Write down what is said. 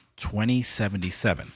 2077